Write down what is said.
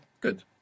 Good